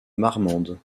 marmande